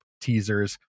teasers